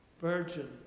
virgin